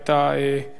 מייד,